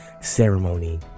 ceremony